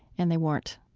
and they weren't.